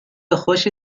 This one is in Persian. خوشی